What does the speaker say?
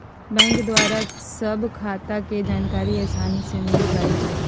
bank द्वारा सभ खता के जानकारी असानी से मिल जाइ छइ